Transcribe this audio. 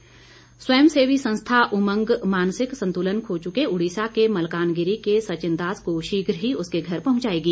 उमंग स्वयं सेवी संस्था उमंग मानसिक संतुलन खो चुके उड़ीसा के मलकानगिरी के सचिनदास को शीघ्र ही उसके घर पहुंचाएगी